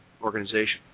organization